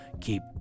keep